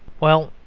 well,